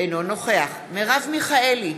אינו נוכח מרב מיכאלי,